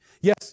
Yes